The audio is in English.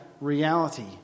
reality